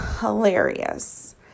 hilarious